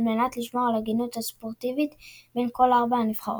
מנת לשמור על ההגינות הספורטיבית בין כל ארבע הנבחרות.